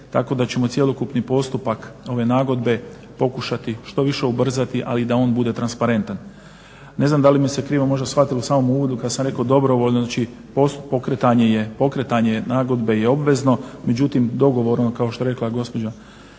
tako da ćemo cjelokupni postupak ove nagodbe pokušati što više ubrzati ali da on bude transparentan. Ne znam da li me se krivo možda shvatilo u samom uvodu kad sam rekao dobrovoljno. Znači, pokretanje nagodbe je obvezno međutim dogovorom kao što je rekla gospođa,